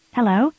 Hello